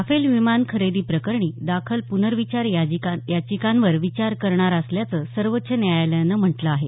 Rafale विमान खरेदी प्रकरणी दाखल पुनर्विचार याचिकांवर विचार करणार असल्याचं सर्वोच्च न्यायालयानं म्हटलं आहे